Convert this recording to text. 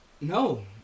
No